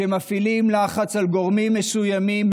שמפעילים לחץ על גורמים מסוימים,